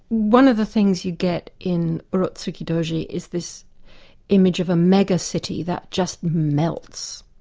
one of the things you get in urotsukidoji, is this image of a mega city that just melts.